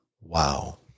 Wow